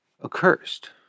accursed